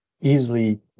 easily